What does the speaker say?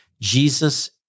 Jesus